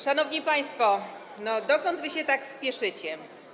Szanowni państwo, dokąd wy się tak spieszycie?